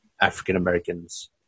African-Americans